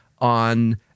on